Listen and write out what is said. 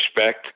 respect